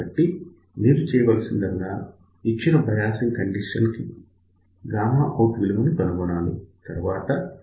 కాబట్టి మీరు చేయవలసిందల్లా ఇచ్చిన బయాసింగ్ కండిషన్ కు గామా అవుట్ విలువ కనుగొనాలి